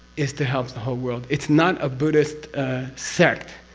is to help the whole world. it's not a buddhist sect,